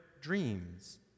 dreams